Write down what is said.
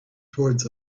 towards